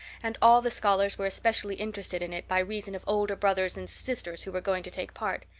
and all the scholars were especially interested in it by reason of older brothers and sisters who were going to take part.